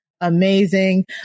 amazing